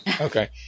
Okay